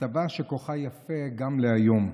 כתבה שכוחה יפה גם להיום.